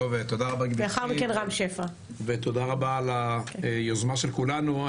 תודה רבה גברתי, ותודה רבה על היוזמה של כולנו.